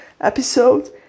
episode